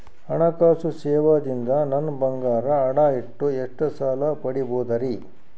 ಹಣಕಾಸು ಸೇವಾ ದಿಂದ ನನ್ ಬಂಗಾರ ಅಡಾ ಇಟ್ಟು ಎಷ್ಟ ಸಾಲ ಪಡಿಬೋದರಿ?